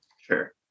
Sure